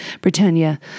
Britannia